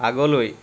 আগলৈ